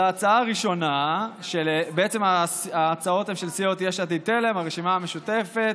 ההצעות הן של סיעות יש עתיד-תל"ם, הרשימה המשותפת,